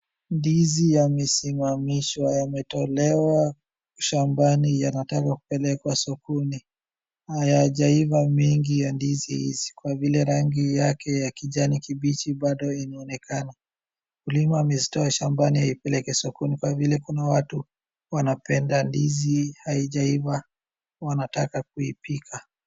Ndizi yamesimamishwa, yametolewa shambani yanataka kupelekwa sokoni. Hayajaiva mingi ya ndizi hizi kwa vile rangi yake ya kijani kibichi bado inaonekana. Mkulima amezitoa shambani aipeleke sokoni kwa vile kuna watu wanapenda ndizi haijaiva wanataka kuipika.